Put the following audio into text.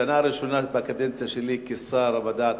בשנה הראשונה בקדנציה שלי כשר המדע,